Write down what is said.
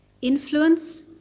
influence